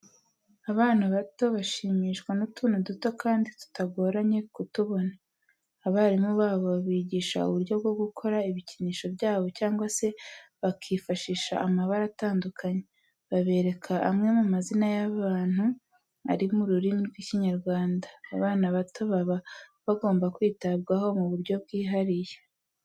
Abana bato bashimishwa n'utuntu duto kandi tutagoranye kutubona. Abarimu babo babigisha uburyo bwo gukora ibikinisho byabo cyangwa se bakifashisha amabara atandukanye, babereka amwe mu mazina y'abantu ari mu rurimi rw'Ikinyarwanda. Abana bato baba bagomba kwitabwaho mu buryo bwihariye.